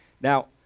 now